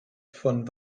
von